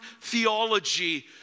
theology